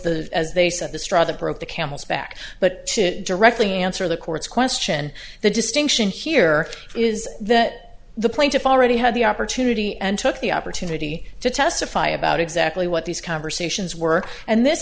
the as they said the straw that broke the camel's back but to directly answer the court's question the distinction here is that the plaintiff already had the opportunity and took the opportunity to testify about exactly what these conversations were and this